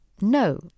No